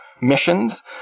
missions